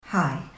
Hi